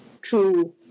true